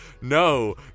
no